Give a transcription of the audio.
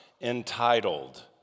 Entitled